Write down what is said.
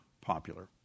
popular